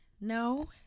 no